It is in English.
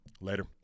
Later